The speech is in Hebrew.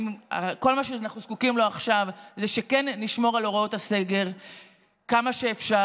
כל מה שאנחנו זקוקים לו עכשיו זה שכן נשמור על הוראות הסגר כמה שאפשר.